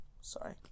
sorry